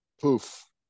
Poof